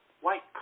White